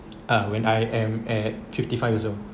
ah when I am at fifty five years old